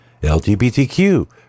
LGBTQ